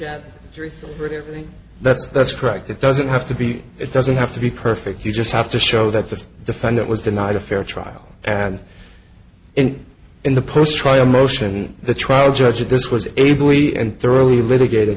read everything that's that's correct that doesn't have to be it doesn't have to be perfect you just have to show that the defendant was denied a fair trial and in in the post trial motion the trial judge this was a boy and thoroughly litigated